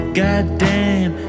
goddamn